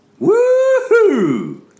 Woohoo